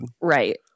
Right